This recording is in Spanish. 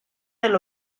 del